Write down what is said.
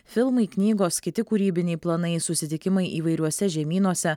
filmai knygos kiti kūrybiniai planai susitikimai įvairiuose žemynuose